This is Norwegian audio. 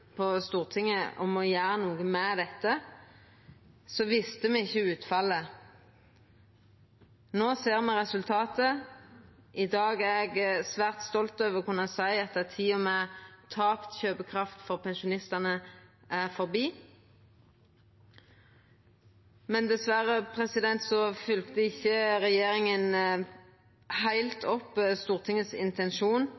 på Stortinget om å gjera noko med dette, visste me ikkje utfallet. No ser me resultatet. I dag er eg svært stolt over å kunna seia at tida med tapt kjøpekraft for pensjonistane er forbi. Dessverre følgde ikkje regjeringa